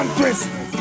Christmas